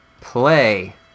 play